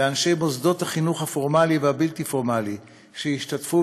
לאנשי מוסדות החינוך הפורמלי והבלתי-פורמלי שהשתתפו